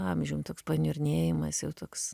amžium toks paniurnėjimas jau toks